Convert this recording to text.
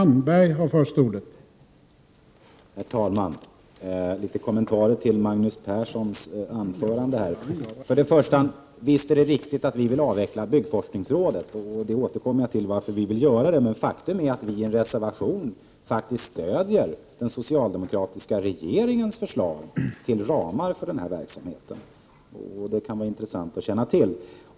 Herr talman! Några kommentarer till Magnus Perssons anförande. Visst är det riktigt att vi vill avveckla byggforskningsrådet, och jag återkommer till varför vi vill göra det. Men faktum är att vi i en reservation faktiskt stöder den socialdemokratiska regeringens förslag till ramar för den verksamheten. Det kan vara intressant att känna till.